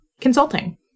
consulting